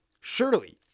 surely